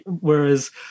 whereas